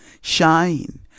shine